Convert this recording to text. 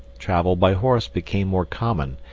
travel by horse became more common,